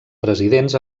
presidents